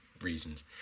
reasons